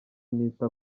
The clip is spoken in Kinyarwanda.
nita